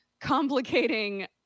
complicating